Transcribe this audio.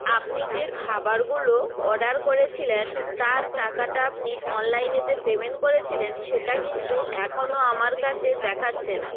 আপনি যে খাবারগুলো অর্ডার করেছিলেন তার টাকাটা আপনি অনলাইনে যে পেমেন্ট করেছিলেন সেটা কিন্তু এখনও আমার কাছে দেখাচ্ছে না